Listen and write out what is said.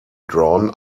drawn